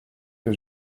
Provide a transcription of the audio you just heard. que